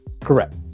correct